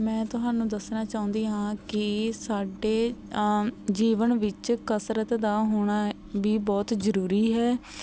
ਮੈਂ ਤੁਹਾਨੂੰ ਦੱਸਣਾ ਚਾਹੁੰਦੀ ਹਾਂ ਕਿ ਸਾਡੇ ਜੀਵਨ ਵਿੱਚ ਕਸਰਤ ਦਾ ਹੋਣਾ ਵੀ ਬਹੁਤ ਜ਼ਰੂਰੀ ਹੈ